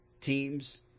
teams